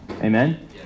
Amen